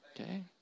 Okay